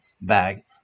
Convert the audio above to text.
bag